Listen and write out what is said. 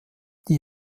die